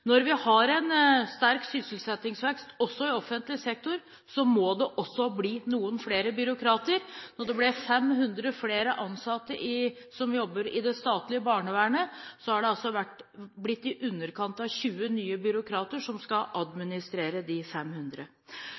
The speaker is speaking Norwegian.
Når vi har en sterk sysselsettingsvekst, også i offentlig sektor, må det bli noen flere byråkrater. Da det ble 500 flere ansatte i det statlige barnevernet, ble det altså i underkant av 20 nye byråkrater som skal administrere de 500.